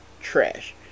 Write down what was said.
Trash